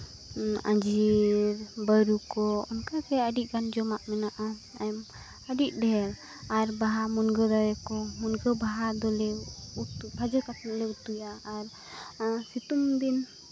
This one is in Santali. ᱟᱺᱡᱤᱨ ᱵᱟᱹᱨᱩ ᱠᱚ ᱚᱝᱠᱟ ᱜᱮ ᱟᱹᱰᱤᱜᱟᱱ ᱡᱚᱢᱟᱜ ᱢᱮᱱᱟᱜᱼᱟ ᱟᱨ ᱟᱹᱰᱤ ᱰᱷᱮᱹᱨ ᱟᱨ ᱵᱟᱦᱟ ᱢᱩᱱᱜᱟᱹ ᱨᱮᱠᱚ ᱢᱩᱱᱜᱟᱹ ᱵᱟᱦᱟ ᱫᱚ ᱞᱟᱹᱭᱚᱜ ᱩᱛᱩ ᱵᱷᱟᱡᱟ ᱠᱟᱛᱮ ᱞᱮ ᱩᱛᱩᱭᱟ ᱟᱨ ᱥᱤᱛᱩᱝ ᱫᱤᱱ